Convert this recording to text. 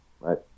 Right